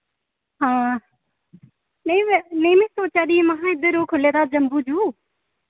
हां नेईं मैं नेईं मैं सोच्चा दी ही महा इद्धर ओ खु'ल्ले दा जम्बू जू